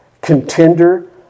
contender